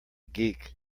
geek